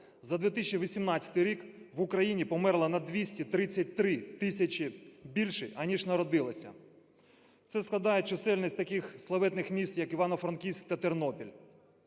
за 2018 рік в Україні померло на 233 тисячі більше, ніж народилося. Це складає чисельність таких славетних міст, як Івано-Франківськ та Тернопіль.